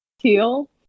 Teal